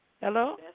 Hello